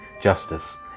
justice